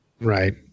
Right